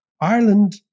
Ireland